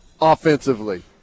offensively